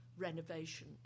Renovation